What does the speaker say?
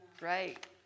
Right